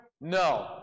No